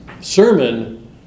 sermon